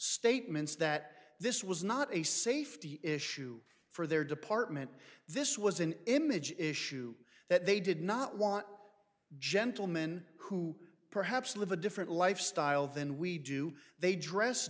statements that this was not a safety issue for their department this was an image issue that they did not want gentleman who perhaps live a different lifestyle than we do they dress